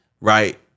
Right